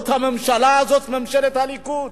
הממשלה הזאת היא ממשלת הליכוד.